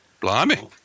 Blimey